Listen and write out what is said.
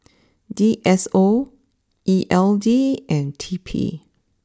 D S O E L D and T P